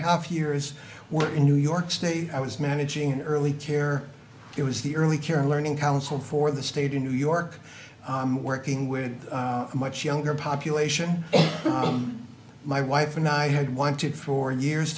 half years were in new york state i was managing early care it was the early care learning council for the state in new york i'm working with a much younger population and my wife and i had wanted for years